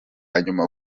nyuma